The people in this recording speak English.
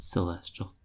Celestial